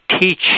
teach